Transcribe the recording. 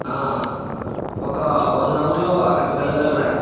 ఆ ఒక one hour లో అక్కడికి వెళ్ళగలరా